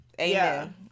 Amen